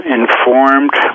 informed